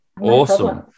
Awesome